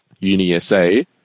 UniSA